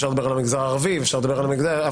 אפשר לדבר על המגזר הערבי ועל המגזר החרדי,